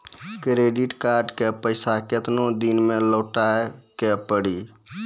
Credit card के पैसा केतना दिन मे लौटाए के पड़ी?